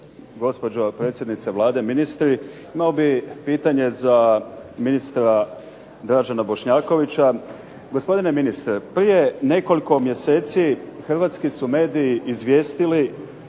gospođo predsjednice Vlade, ministri. Imao bih pitanje za ministra Dražena Bošnjakovića. Gospodine ministre, prije nekoliko mjeseci hrvatski su mediji izvijestili